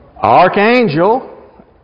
archangel